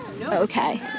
Okay